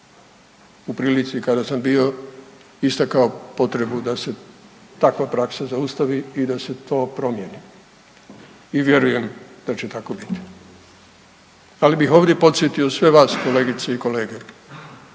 u prilici kada sam bio istakao potrebu da se takva praksa zaustavi i da se to promijeni i vjerujem da će tako biti. Ali bih ovdje podsjetio sve vas kolegice i kolege,